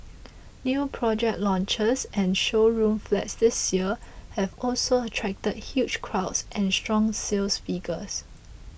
new project launches and showroom flats this year have also attracted huge crowds and strong sales figures